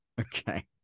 Okay